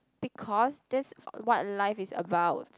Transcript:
because that's what life is about